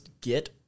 get